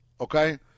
Okay